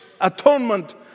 atonement